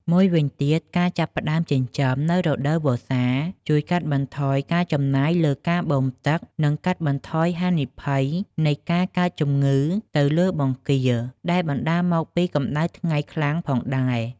មួយវិញទៀតការចាប់ផ្តើមចិញ្ចឹមនៅរដូវវស្សាជួយកាត់បន្ថយការចំណាយលើការបូមទឹក និងកាត់បន្ថយហានិភ័យនៃការកើតជំងឺទៅលើបង្គាដែលបណ្ដាលមកពីកម្ដៅខ្លាំងផងដែរ។